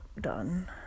done